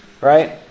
right